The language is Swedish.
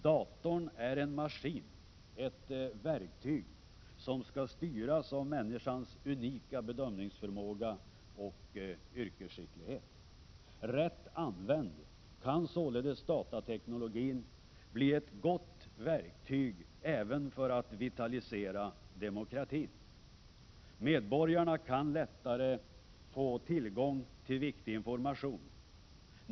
Datorn är en maskin, ett verktyg, som skall styras av människans unika bedömningsförmåga och yrkesskicklighet. Rätt använd kan således datateknologin bli ett gott verktyg även för att vitalisera demokratin. Medborgarna kan lättare få tillgång till viktig information.